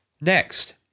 Next